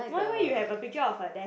why why you have a picture of your desk